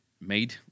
made